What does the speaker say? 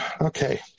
okay